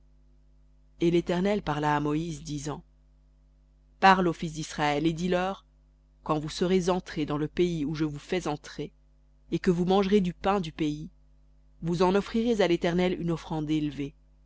et l'éternel parla à moïse disant parle aux fils d'israël et dis-leur quand vous serez entrés dans le pays où je vous fais entrer et que vous mangerez du pain du pays vous en offrirez à l'éternel une offrande élevée